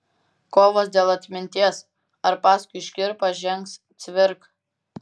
kovos dėl atminties ar paskui škirpą žengs cvirka